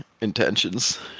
intentions